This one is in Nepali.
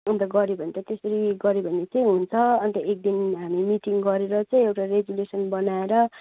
अन्त गऱ्यो भने त त्यसरी गऱ्यो भने चाहिँ हुन्छ अन्त एकदिन हामी मिटिङ गरेर चाहिँ एउटा रेजुलेशन बनाएर